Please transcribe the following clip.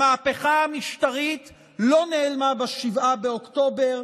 המהפכה המשטרית לא נעלמה ב-7 באוקטובר.